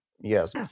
Yes